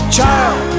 Child